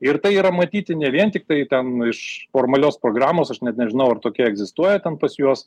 ir tai yra matyti ne vien tiktai ten iš formalios programos aš net nežinau ar tokia egzistuoja ten pas juos